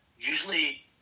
usually